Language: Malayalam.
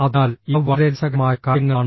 അതിനാൽ ഇവ വളരെ രസകരമായ കാര്യങ്ങളാണ്